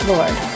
Lord